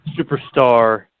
superstar